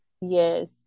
yes